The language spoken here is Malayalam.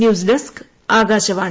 news desk Akashvani